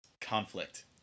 conflict